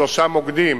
בשלושה מוקדים,